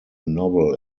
novel